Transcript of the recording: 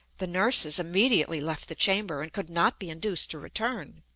the nurses immediately left the chamber, and could not be induced to return.